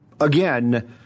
again